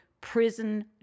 prison